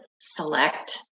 select